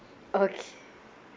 okay